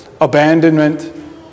abandonment